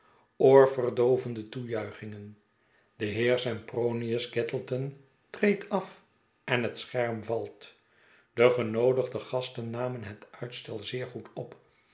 oorverdoovende toejuichingen de heer sempronius gattleton treedt af en het scherm valt de genoodigde gasten namen het uitstel zeer goed op